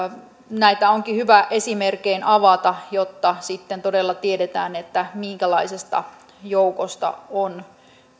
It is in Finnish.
näitä onkin hyvä esimerkein avata jotta sitten todella tiedetään minkälaisesta joukosta on